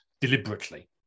deliberately